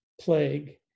plague